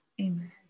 Amen